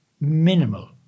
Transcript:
minimal